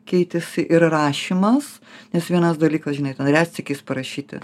keitėsi ir rašymas nes vienas dalykas žinai ten retsykiais parašyti